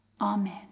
Amen